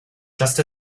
just